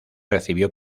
recibió